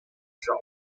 shop